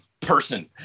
person